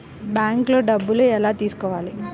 బ్యాంక్లో డబ్బులు ఎలా తీసుకోవాలి?